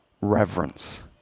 Reverence